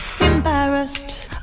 Embarrassed